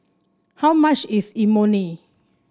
how much is Imoni